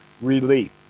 relief